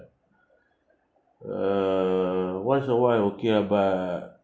err once awhile okay lah but